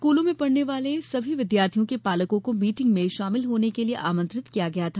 स्कूलों में पढ़ने वाले सभी विद्यार्थियों के पालकों को मीटिंग में शामिल होने के लिए आमंत्रित किया गया था